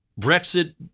Brexit